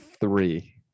three